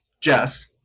Jess